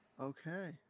Okay